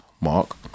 Mark